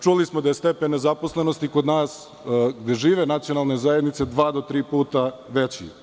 Čuli smo da je stepen nezaposlenosti kod nas, gde žive nacionalne zajednice, dva do tri puta veći.